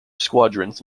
squadrons